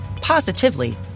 positively